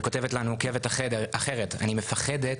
וכותבת לנו עוקבת אחרת: "אני מפחדת